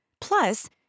Plus